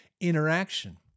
interaction